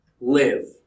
Live